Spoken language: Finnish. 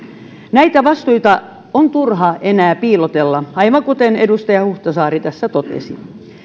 näitä vastuita on turha enää piilotella aivan kuten edustaja huhtasaari tässä totesi